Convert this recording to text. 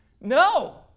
No